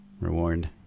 reward